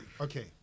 okay